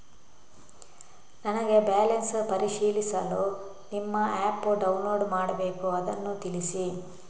ನನಗೆ ಬ್ಯಾಲೆನ್ಸ್ ಪರಿಶೀಲಿಸಲು ನಿಮ್ಮ ಆ್ಯಪ್ ಡೌನ್ಲೋಡ್ ಮಾಡಬೇಕು ಅದನ್ನು ತಿಳಿಸಿ?